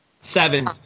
Seven